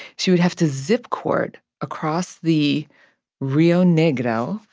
she would have to zip-cord across the rio negro.